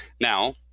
Now